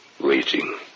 waiting